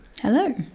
Hello